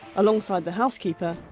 alongside the housekeeper,